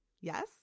Yes